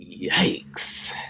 yikes